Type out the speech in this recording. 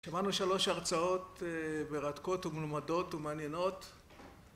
שמענו שלוש הרצאות מרתקות ומלומדות ומעניינות